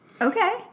Okay